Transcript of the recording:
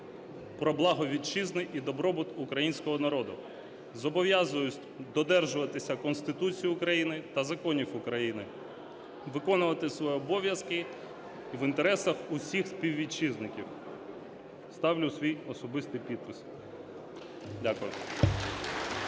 про благо Вітчизни і добробут Українського народу. Зобов'язуюсь додержуватися Конституції України та законів України, виконувати свої обов'язки в інтересах усіх співвітчизників. Ставлю свій особистий підпис. Дякую.